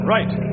Right